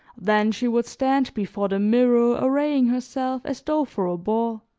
then she would stand before the mirror arraying herself as though for a ball,